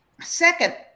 Second